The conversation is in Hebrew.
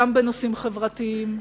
גם בנושאים חברתיים,